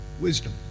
Wisdom